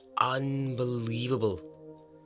unbelievable